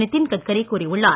நிதின்கட்கரி கூறியுள்ளார்